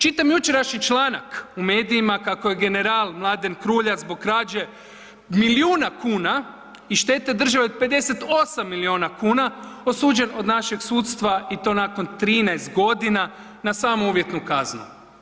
Čitam jučerašnji članak u medijima kako je general Mladen Kruljac zbog krađe milijuna kuna i štete države od 58 milijuna kuna osuđen od našeg sudstva i to nakon 13 godina na samo uvjetnu kaznu.